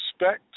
respect